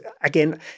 again